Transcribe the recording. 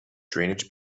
drainage